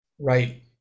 right